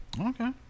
Okay